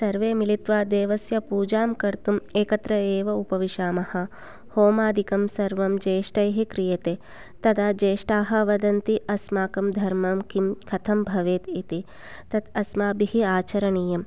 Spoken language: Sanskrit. सर्वे मिलित्वा देवस्य पुजां कर्तुं एकत्र एव उपविशाम होमादिकं सर्वं ज्येष्ठैः क्रियते तदा ज्येष्ठाः वदन्ति अस्माकं धर्मं किं कथं भवेत् इति तत् अस्माभिः आचरणीयम्